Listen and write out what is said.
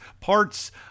parts